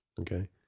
Okay